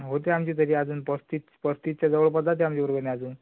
होते आमचे तसे अजून पस्तीस पस्तीसच्या जवळपास जाते आमची वर्गणी अजून